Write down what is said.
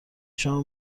شام